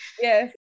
Yes